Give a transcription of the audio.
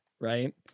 right